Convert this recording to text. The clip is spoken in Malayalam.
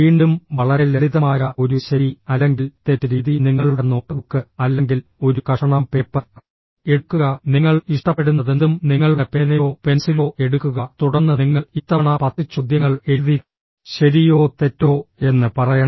വീണ്ടും വളരെ ലളിതമായ ഒരു ശരി അല്ലെങ്കിൽ തെറ്റ് രീതി നിങ്ങളുടെ നോട്ട്ബുക്ക് അല്ലെങ്കിൽ ഒരു കഷണം പേപ്പർ എടുക്കുക നിങ്ങൾ ഇഷ്ടപ്പെടുന്നതെന്തും നിങ്ങളുടെ പേനയോ പെൻസിലോ എടുക്കുക തുടർന്ന് നിങ്ങൾ ഇത്തവണ പത്ത് ചോദ്യങ്ങൾ എഴുതി ശരിയോ തെറ്റോ എന്ന് പറയണം